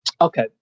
Okay